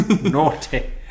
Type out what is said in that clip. naughty